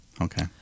okay